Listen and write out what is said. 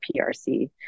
PRC